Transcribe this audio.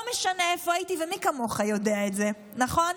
לא משנה איפה הייתי, ומי כמוך יודע את זה, נכון?